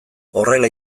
horrela